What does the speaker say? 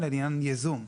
אלא לעניין ייזום.